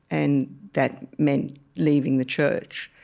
and that meant leaving the church.